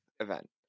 event